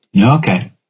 Okay